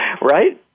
Right